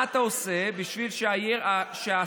מה אתה עושה בשביל שהסלק